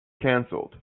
cancelled